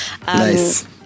Nice